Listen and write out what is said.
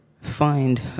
find